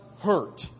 hurt